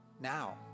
now